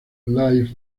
live